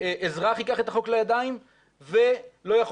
שאזרח ייקח את החוק לידיים ולא יכול